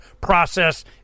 process